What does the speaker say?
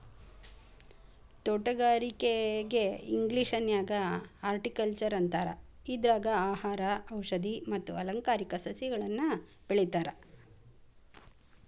ತೋಟಗಾರಿಕೆಗೆ ಇಂಗ್ಲೇಷನ್ಯಾಗ ಹಾರ್ಟಿಕಲ್ಟ್ನರ್ ಅಂತಾರ, ಇದ್ರಾಗ ಆಹಾರ, ಔಷದಿ ಮತ್ತ ಅಲಂಕಾರಿಕ ಸಸಿಗಳನ್ನ ಬೆಳೇತಾರ